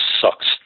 sucks